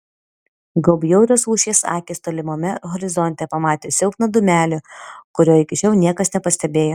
gal bjaurios lūšies akys tolimame horizonte pamatė silpną dūmelį kurio iki šiol niekas nepastebėjo